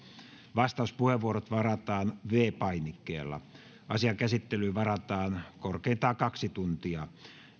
vastauspuheenvuorot varataan viidennellä painikkeella asian käsittelyyn varataan korkeintaan kaksi tuntia